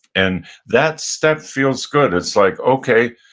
and that step feels good. it's like, okay,